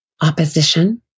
opposition